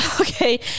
okay